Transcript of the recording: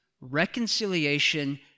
reconciliation